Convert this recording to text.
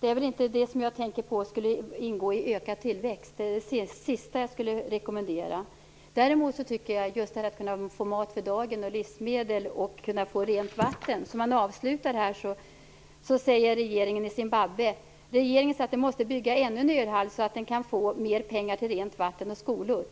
är inte vad jag tänker på när det gäller vad som skulle ingå i detta med ökad tillväxt. Det är i stället det sista som jag skulle rekommendera. Däremot tycker jag att det handlar om att få mat för dagen, att få livsmedel och rent vatten. Beträffande regeringen i Zimbabwe säger man: Regeringen säger att vi måste bygga ännu en ölhall så att den kan få mer pengar till rent vatten och skolor.